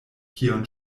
kion